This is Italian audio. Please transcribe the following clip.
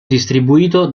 distribuito